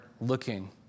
looking